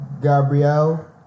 Gabrielle